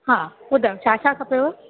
हा ॿुधायो छा छा खपेव